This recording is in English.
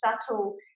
subtle